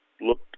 looked